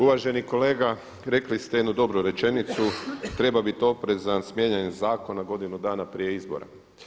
Uvaženi kolega rekli ste jednu dobru rečenicu, treba biti oprezan s mijenjanjem zakona godinu dana prije izbora.